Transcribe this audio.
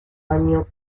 año